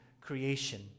creation